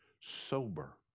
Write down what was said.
sober